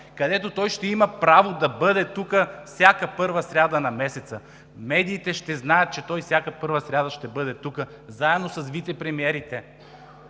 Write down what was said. където той ще има право да бъде тук всяка първа сряда на месеца, медиите ще знаят, че той всяка първа сряда ще бъде, заедно с вицепремиерите.